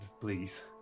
please